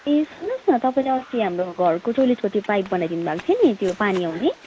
ए सुन्नु होस् न तपाईँले अस्ति हाम्रो घरको टोयलेटको त्यो पाइप बनाइदिनु भएको थियो नि त्यो पानी आउने